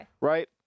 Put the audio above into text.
right